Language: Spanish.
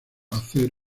hacer